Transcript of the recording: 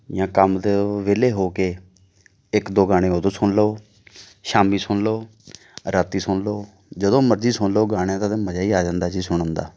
ਜਾਂ ਕੰਮ ਤੋਂ ਵਿਹਲੇ ਹੋ ਕੇ ਇੱਕ ਦੋ ਗਾਣੇ ਉਦੋਂ ਸੁਣ ਲਓ ਸ਼ਾਮੀ ਸੁਣ ਲਓ ਰਾਤੀ ਸੁਣ ਲਓ ਜਦੋਂ ਮਰਜ਼ੀ ਸੁਣ ਲਓ ਗਾਣਿਆਂ ਦਾ ਤਾਂ ਮਜ਼ਾ ਹੀ ਆ ਜਾਂਦਾ ਜੀ ਸੁਣਨ ਦਾ